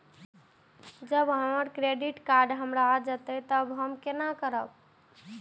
जब हमर credit card हरा जयते तब बंद केना करब?